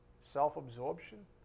Self-absorption